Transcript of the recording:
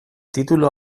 titulu